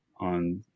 on